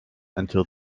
until